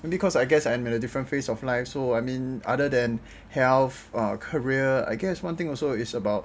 and because I guess I'm in a different phase of life so I mean other than heath career I guess one thing also is about